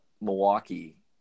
Milwaukee